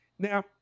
Now